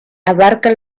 abarca